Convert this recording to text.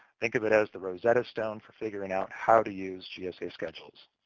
think of it as the rosetta stone for figuring out how to use gsa schedules.